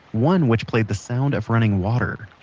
one which played the sound of running water.